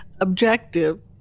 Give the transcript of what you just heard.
objective